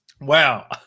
wow